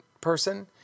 person